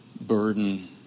burden